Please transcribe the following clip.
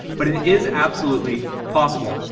but it is absolutely possible.